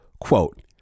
Quote